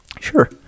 Sure